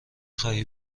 خواهی